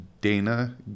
dana